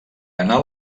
anal